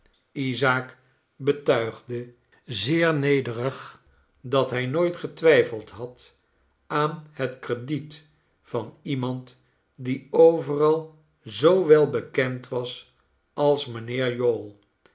isaak betuigde zeer nederig dat hij nooit getwijfeld had aan het crediet van iemand die overal zoo wel bekend was als mijnheer jowl